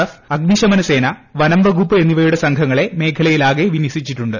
F fire force വനംവകുപ്പ് എന്നിവയുടെ സംഘങ്ങളെ മേഖലയിലാകെ വിന്യസിച്ചിട്ടുണ്ട്